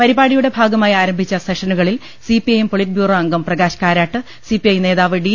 പരിപാ ടിയുടെ ഭാഗമായി ആരംഭിച്ച സെഷനുകളിൽ സിപിഐഎം പൊളിറ്റ് ബ്യൂറോ അംഗം പ്രകാശ് കാരാട്ട് സിപിഐ നേതാവ് ഡി